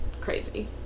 crazy